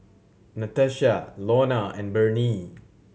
Natasha Launa and Bernie